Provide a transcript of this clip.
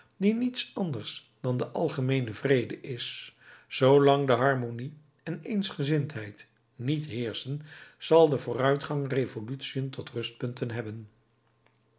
die niets anders dan de algemeene vrede is zoolang de harmonie en eensgezindheid niet heerschen zal de vooruitgang revolutiën tot rustpunten hebben